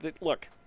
Look